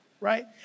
right